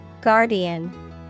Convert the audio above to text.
Guardian